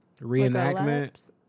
reenactment